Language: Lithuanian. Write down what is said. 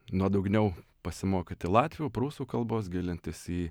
nuodugniau pasimokyti latvių prūsų kalbos gilintis į